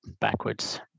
backwards